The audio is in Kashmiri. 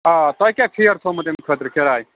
آ تۄہہِ کیٛاہ فِیر تھوٚمُت اَمہِ خٲطرٕ کِراے